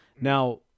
Now